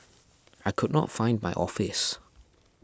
I could not find my office